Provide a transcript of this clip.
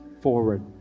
forward